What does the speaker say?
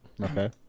Okay